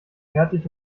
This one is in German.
fertig